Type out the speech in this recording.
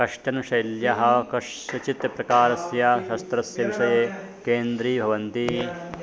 कश्चनशैल्याः कश्यचित् प्रकारस्य शस्त्रस्य विषये केन्द्री भवन्ति